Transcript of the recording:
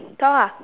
talk ah